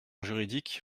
juridique